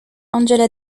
angela